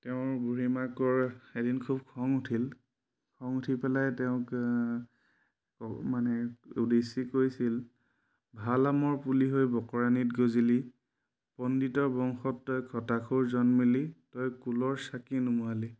তেওঁৰ বুঢ়ী মাকৰ এদিন খুব খং উঠিল খং উঠি পেলাই তেওঁক মানে উদ্দেশ্যি কৈছিল ভাল আমৰ পুলি হৈ বকৰাণীত গজিলি পণ্ডিত বংশত তই খটাসুৰ জন্মিলি তই কুলৰ চাকি নোমোৱালি